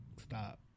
stop